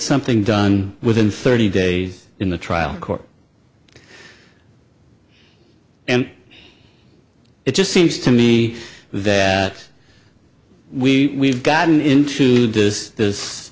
something done within thirty days in the trial court and it just seems to me that we gotten into does this